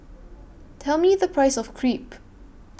Tell Me The Price of Crepe